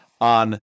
on